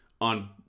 on